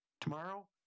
Tomorrow